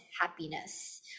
happiness